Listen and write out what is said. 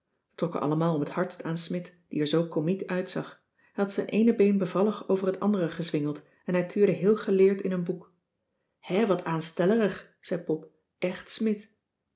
allemaal om t hardst aan smidt die er zoo komiek uitzag hij had zijn eene been bevallig over het andere gezwingeld en hij tuurde heel geleerd in een boek hè wat aanstellerig zei pop echt smidt